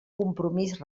compromís